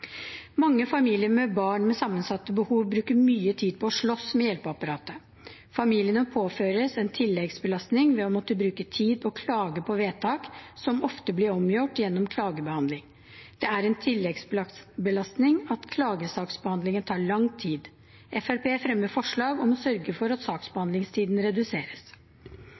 Mange familier med barn med sammensatte behov bruker mye tid på å slåss med hjelpeapparatet. Familiene påføres en tilleggsbelastning ved å måtte bruke tid på å klage på vedtak som ofte blir omgjort gjennom klagebehandling. Det er en tilleggsbelastning at klagesaksbehandlingen tar lang tid. Fremskrittspartiet fremmer forslag om å sørge for at saksbehandlingstiden reduseres.